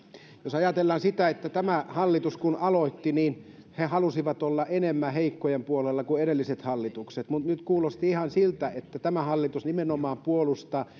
jos ajatellaan sitä että kun tämä hallitus aloitti he halusivat olla enemmän heikkojen puolella kuin edelliset hallitukset niin nyt kuulosti ihan siltä että tämä hallitus nimenomaan puolustaa